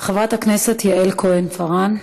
חברת הכנסת יעל כהן-פארן,